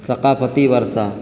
ثقافتی ورثہ